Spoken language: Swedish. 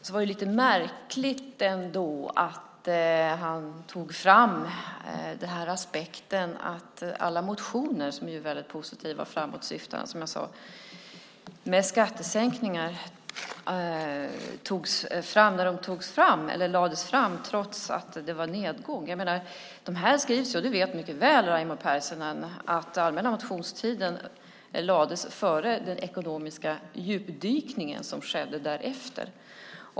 Det är lite märkligt att han drog upp att alla motioner - som ju är väldigt positiva och framåtsyftande, som jag sade - om skattesänkningar lades fram när de lades fram trots att det var nedgång. Raimo Pärssinen vet mycket väl att allmänna motionstiden var före den ekonomiska djupdykning som skedde därefter.